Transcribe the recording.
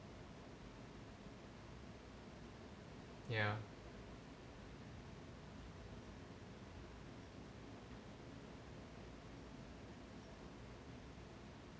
ya